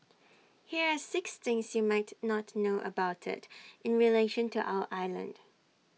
here are six things you might not know about IT in relation to our island